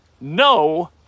no